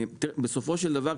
בסופו של דבר,